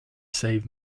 save